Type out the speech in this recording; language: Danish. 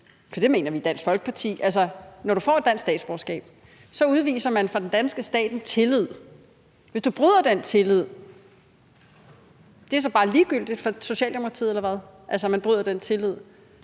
for det mener vi i Dansk Folkeparti – at når du får dansk statsborgerskab, udviser man fra den danske stat en tillid. Hvis du bryder den tillid, er det så bare ligegyldigt for Socialdemokratiet, at man bryder den tillid,